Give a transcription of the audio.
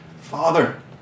Father